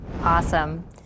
Awesome